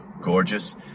gorgeous